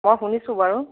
মই শুনিছোঁ বাৰু